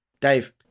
Dave